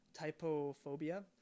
typophobia